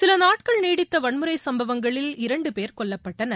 சில நாட்கள் நீடித்த வன்முறை சம்பவங்களில் இரண்டு பேர் கொல்லப்பட்டனர்